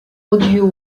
audio